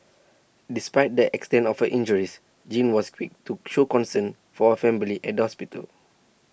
despite the extent of her injures Jean was quick to show concern for her family at the hospital